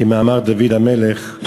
כמאמר דוד המלך: